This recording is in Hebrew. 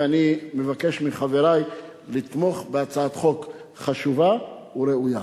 ואני מבקש מחברי לתמוך בהצעת חוק חשובה וראויה.